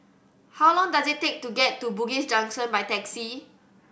how long does it take to get to Bugis Junction by taxi